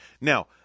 Now